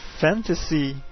fantasy